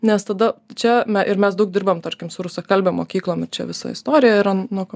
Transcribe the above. nes tada čia me ir mes daug dirbam tarkim su rusakalbėm mokyklom ir čia visa istorija yra nuo ko